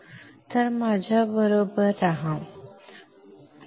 तर माझ्याबरोबर रहा ठीक आहे